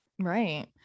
Right